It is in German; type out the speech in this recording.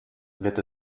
wird